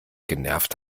genervt